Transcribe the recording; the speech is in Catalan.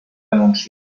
denúncia